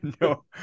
No